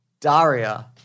Daria